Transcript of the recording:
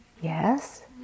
Yes